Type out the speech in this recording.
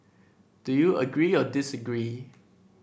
do you agree or disagree